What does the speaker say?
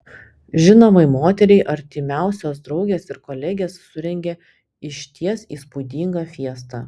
žinomai moteriai artimiausios draugės ir kolegės surengė išties įspūdingą fiestą